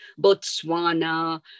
Botswana